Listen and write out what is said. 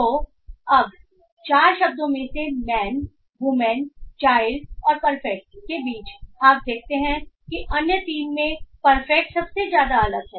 तो अब 4 शब्दों में से मैन वूमेन चाइल्ड और परफेक्ट के बीच आप देखते हैं कि अन्य 3 में परफेक्ट सबसे ज्यादा अलग है